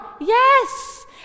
Yes